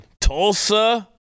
Tulsa